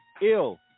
ill